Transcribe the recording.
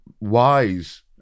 wise